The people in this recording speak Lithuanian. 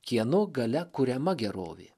kieno galia kuriama gerovė